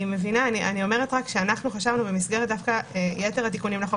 אני מבינה, חשבתי במסגרת יתר התיקונים לחוק